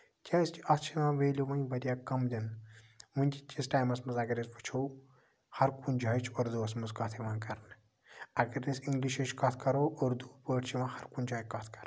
کیازِ کہِ اَتھ چھُ یِوان ویلیو وۄنۍ واریاہ کَم دِنہٕ ؤنکیٚن کِس ٹایمَس منٛز اَگر أسۍ وُچھو ہَر کُنہِ جایہِ چھِ اُردُوَس منٛز کتھ یِوان کَتھ کرنہٕ اَگر أسۍ اِنگلِشٕچ کَتھ کَرو اُردُو پٲٹھۍ چھُ یِوان ہَر کُنہِ جایہِ کَتھ کرنہٕ